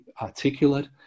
articulate